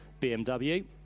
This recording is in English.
BMW